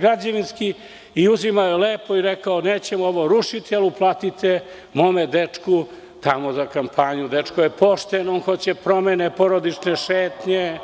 građevinski inspektor i lepo je rekao – nećemo ovo rušiti, ali uplatite mom dečku tamo za kampanju, dečko je pošten, on hoće promene, porodične šetnje.